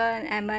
edmond